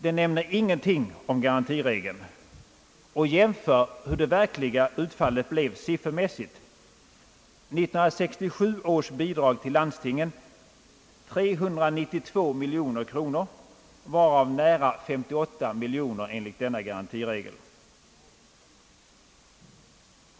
Den nämner ingenting om garantiregeln. Och jämför hur det verkliga utfallet blev siffermässigt — 1967 års bidrag till landstingen 392 miljoner kronor, varav nära 58 miljoner kronor enligt garantiregeln.